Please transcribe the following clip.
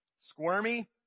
squirmy